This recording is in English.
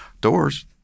doors